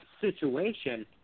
situation